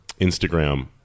Instagram